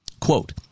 Quote